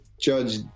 Judge